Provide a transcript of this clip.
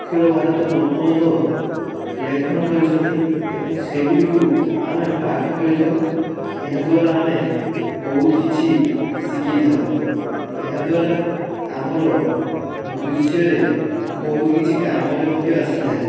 ଅଖିଳ ଭାରତ ବର୍ଣ୍ଣବୋଧ ଲେଖନ କରିଛନ୍ତି ଏବଂ ସେଗୁଡ଼ିକୁ ଆମେ ପାଠ କରିଥାଉ ଏହାଦ୍ଵାରା ଆମେ ବହୁତ କିଛି ଶିକିଥାଉ ଏହାଦ୍ଵାରା ଆମର ଭବିଷ୍ୟରେ ବହୁତ କିଛି କାମରେ ମଧ୍ୟ ଆସିଥାଏ